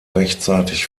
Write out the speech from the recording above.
rechtzeitig